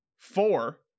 Four